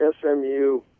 SMU